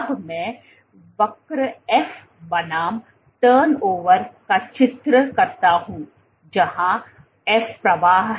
अब मैं वक्र F बनाम टर्नओवर का चित्र करता हूं जहां F प्रवाह है